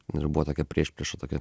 ir buvo tokia priešprieša tokia